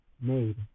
made